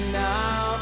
now